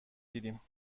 دیدیم